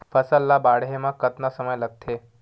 फसल ला बाढ़े मा कतना समय लगथे?